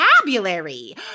vocabulary